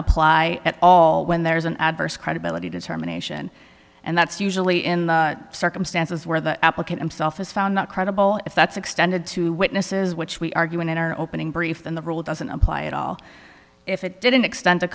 apply at all when there is an adverse credibility determination and that's usually in the circumstances where the applicant him self is found not credible if that's extended to witnesses which we argue in our opening brief then the rule doesn't apply at all if it didn't extend to